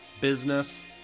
business